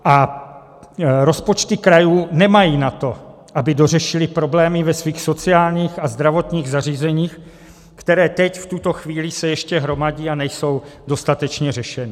A rozpočty krajů nemají na to, aby dořešily problémy ve svých sociálních a zdravotních zařízeních, které se teď v tuto chvíli ještě hromadí a nejsou dostatečně řešeny.